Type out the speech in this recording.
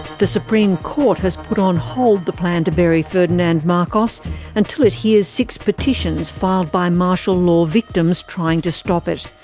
the supreme court has put on hold the plan to bury ferdinand marcos until it hears six petitions filed by martial law victims trying to stop it.